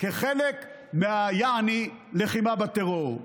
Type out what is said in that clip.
כחלק מיעני לחימה בטרור.